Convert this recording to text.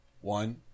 One